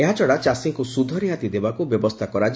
ଏହାଛଡ଼ା ଚାଷୀଙ୍କୁ ସ୍ବଧ ରିହାତି ଦେବାକୁ ବ୍ୟବସ୍କୁ